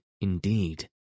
indeed